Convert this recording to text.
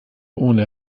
ohne